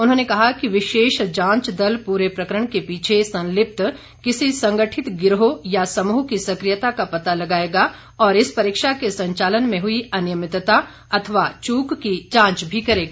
उन्होंने कहा कि विशेष जांच दल पूरे प्रकरण के पीछे संलिप्त किसी संगठित गिरोह या समूह की सकियता का पता लगाएगा और इस परीक्षा के संचालन में हुई अनियमितता अथवा चूक की जांच भी करेगा